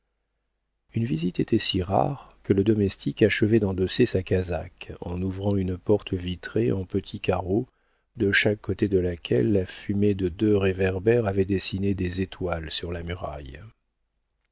une visite était si rare que le domestique achevait d'endosser sa casaque en ouvrant une porte vitrée en petits carreaux de chaque côté de laquelle la fumée de deux réverbères avait dessiné des étoiles sur la muraille